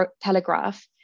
telegraph